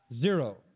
zero